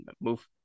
move